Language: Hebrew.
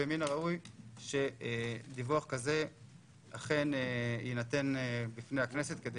ומן הראוי שדיווח כזה אכן יינתן בפני הכנסת כדי